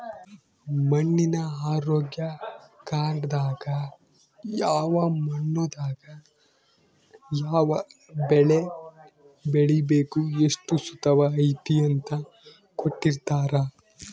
ಮಣ್ಣಿನ ಆರೋಗ್ಯ ಕಾರ್ಡ್ ದಾಗ ಯಾವ ಮಣ್ಣು ದಾಗ ಯಾವ ಬೆಳೆ ಬೆಳಿಬೆಕು ಎಷ್ಟು ಸತುವ್ ಐತಿ ಅಂತ ಕೋಟ್ಟಿರ್ತಾರಾ